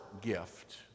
gift